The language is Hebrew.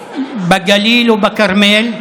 בגליל ובכרמל,